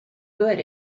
good